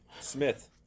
Smith